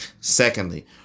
Secondly